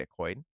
bitcoin